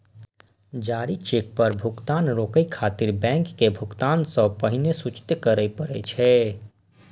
जारी चेक पर भुगतान रोकै खातिर बैंक के भुगतान सं पहिने सूचित करय पड़ै छै